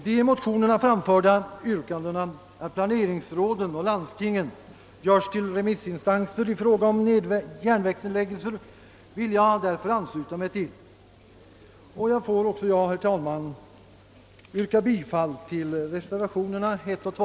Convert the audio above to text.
De i motionerna framförda yrkandena att planeringsråden och landstingen görs till remissinstanser i fråga om järnvägsnedläggningar vill jag därför ansluta mig till. även jag yrkar, herr talman, bifall till reservationerna 1 och 2.